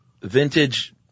vintage